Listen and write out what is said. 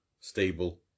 stable